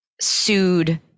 sued